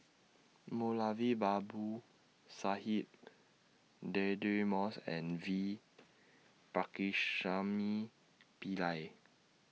Moulavi Babu Sahib Deirdre Moss and V Pakirisamy Pillai